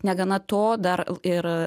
negana to dar ir